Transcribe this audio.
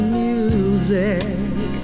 music